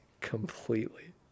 completely